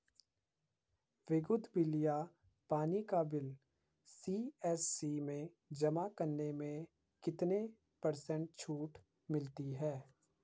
विद्युत बिल या पानी का बिल सी.एस.सी में जमा करने से कितने पर्सेंट छूट मिलती है?